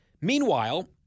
Meanwhile